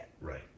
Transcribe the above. Right